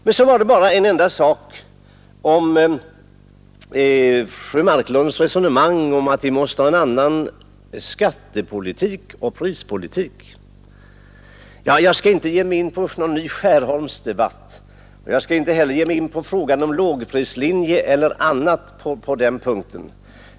Beträffande fru Marklunds resonemang om att vi måste ha en annan skattepolitik och prispolitik skall jag inte ge mig in på någon ny Skärholmsdebatt, och jag skall inte heller ta upp frågan om lågprislinje på den punkten.